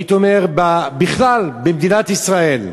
הייתי אומר, בכלל במדינת ישראל.